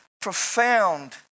profound